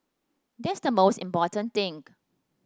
that's the most important thing